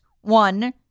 one